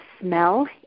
smell